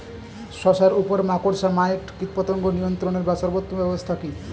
শশার উপর মাকড়সা মাইট কীটপতঙ্গ নিয়ন্ত্রণের সর্বোত্তম ব্যবস্থা কি?